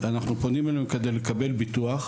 אנחנו פונים אליהם כדי לקבל ביטוח.